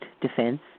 Defense